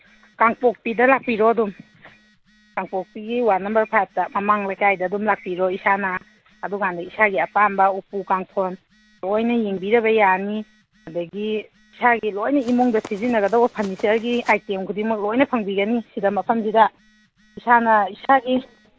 ꯀꯥꯡꯄꯣꯛꯄꯤꯗ ꯂꯥꯛꯄꯤꯔꯣ ꯑꯗꯨꯝ ꯀꯥꯡꯄꯣꯛꯄꯤꯒꯤ ꯋꯥꯠ ꯅꯝꯕꯔ ꯐꯥꯏꯚꯇ ꯃꯃꯥꯡ ꯂꯩꯀꯥꯏꯗ ꯑꯗꯨꯝ ꯂꯥꯛꯄꯤꯔꯣ ꯏꯁꯥꯅ ꯑꯗꯨꯀꯥꯟꯗ ꯏꯁꯥꯒꯤ ꯑꯄꯥꯝꯕ ꯎꯄꯨ ꯀꯥꯡꯊꯣꯟ ꯂꯣꯏꯅ ꯌꯦꯡꯕꯤꯔꯕ ꯌꯥꯅꯤ ꯑꯗꯒꯤ ꯏꯁꯥꯒꯤ ꯂꯣꯏꯅ ꯏꯃꯨꯡꯗ ꯁꯤꯖꯤꯟꯅꯒꯗꯧꯕ ꯐꯔꯅꯤꯆꯔꯒꯤ ꯑꯥꯏꯇꯦꯝ ꯈꯨꯗꯤꯡꯃꯛ ꯂꯣꯏꯃꯛ ꯐꯪꯕꯤꯒꯅꯤ ꯁꯤꯗ ꯃꯐꯝꯁꯤꯗ ꯏꯁꯥꯅ ꯏꯁꯥꯒꯤ